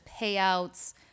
payouts